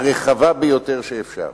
הרחבה ביותר שאפשר.